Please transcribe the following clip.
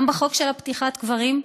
גם בחוק של פתיחת הקברים,